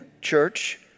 church